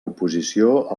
oposició